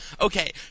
Okay